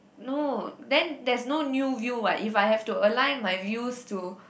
no then there's no new view what if I need to align my views to